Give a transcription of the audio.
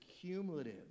cumulative